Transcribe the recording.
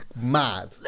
mad